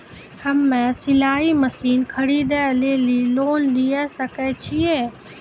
हम्मे सिलाई मसीन खरीदे लेली लोन लिये सकय छियै?